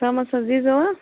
شامَس حظ ییٖزیٚو ہا